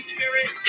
Spirit